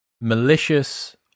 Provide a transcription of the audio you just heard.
malicious